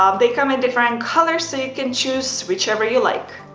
um they come in different colors so you can choose whichever you like.